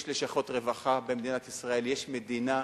יש לשכות רווחה במדינת ישראל, יש מדינה,